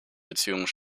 beziehungen